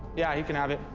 yeah he can have it.